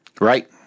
Right